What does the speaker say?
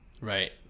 Right